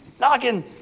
Knocking